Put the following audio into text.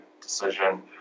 decision